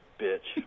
bitch